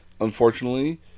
unfortunately